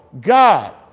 God